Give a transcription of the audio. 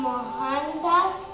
Mohandas